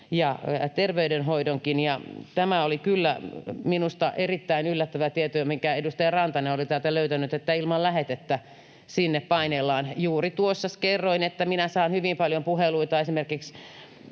ja terveydenhoidonkin. Tämä oli kyllä minusta erittäin yllättävä tieto, minkä edustaja Rantanen oli täältä löytänyt, että ilman lähetettä sinne painellaan. Juuri tuossa kerroin, että minä saan hyvin paljon puheluita esimerkiksi